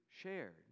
shared